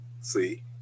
see